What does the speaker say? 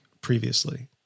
previously